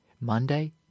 monday